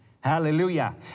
Hallelujah